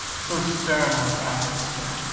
so stern was ida's snow?